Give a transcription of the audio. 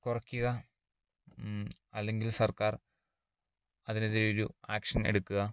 കുറയ്ക്കുക അല്ലെങ്കിൽ സർക്കാർ അതിനെതിരെ ഒരു ആക്ഷൻ എടുക്കുക